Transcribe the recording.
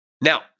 Now